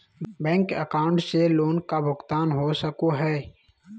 Bank account से loan का भुगतान हो सको हई?